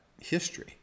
history